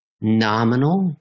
nominal